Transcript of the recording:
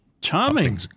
Charming